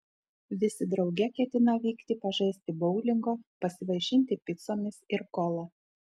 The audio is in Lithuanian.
visi drauge ketina vykti pažaisti boulingo pasivaišinti picomis ir kola